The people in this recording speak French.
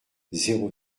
zéro